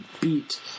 beat